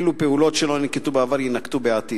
2. אילו פעולות שלא ננקטו בעבר יינקטו בעתיד?